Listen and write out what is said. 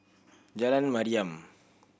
Jalan Mariam